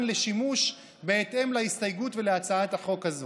לשימוש בהתאם להסתייגות ולהצעת החוק הזאת,